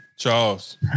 Charles